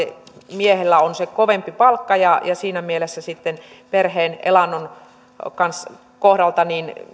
miehellä on se kovempi palkka ja siinä mielessä sitten perheen elannon kohdalta